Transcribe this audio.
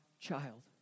child